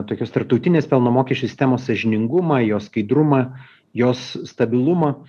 tokios tarptautinės pelno mokesčio sistemos sąžiningumą jos skaidrumą jos stabilumą